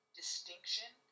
distinction